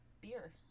beer